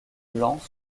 blancs